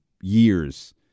years